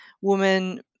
woman